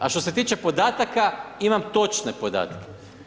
A što se tiče podataka, imam točne podatke.